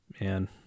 Man